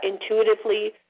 intuitively